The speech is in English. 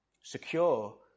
Secure